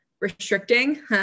restricting